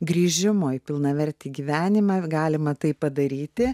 grįžimo į pilnavertį gyvenimą galima tai padaryti